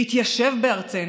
להתיישב בארצנו,